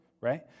right